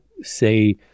say